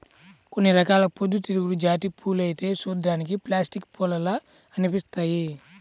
కొన్ని రకాల పొద్దుతిరుగుడు జాతి పూలైతే చూడ్డానికి ప్లాస్టిక్ పూల్లాగా అనిపిత్తయ్యి